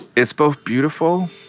it's both beautiful,